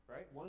Right